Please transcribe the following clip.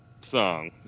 song